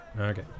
okay